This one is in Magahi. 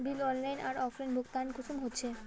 बिल ऑनलाइन आर ऑफलाइन भुगतान कुंसम होचे?